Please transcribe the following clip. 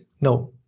No